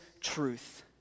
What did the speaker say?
truth